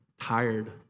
tired